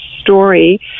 story